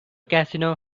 casino